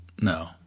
no